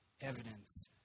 evidence